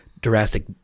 drastic